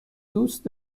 دوست